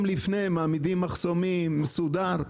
יום לפני כן מעמידים מחסומים בצורה מסודרת.